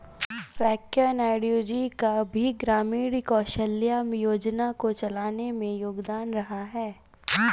वैंकैया नायडू जी का भी ग्रामीण कौशल्या योजना को चलाने में योगदान रहा है